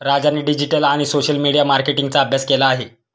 राजाने डिजिटल आणि social media मार्केटिंगचा अभ्यास केला आहे